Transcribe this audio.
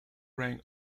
rank